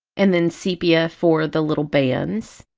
and then sepia for the little bands,